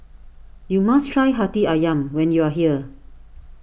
you must try Hati Ayam when you are here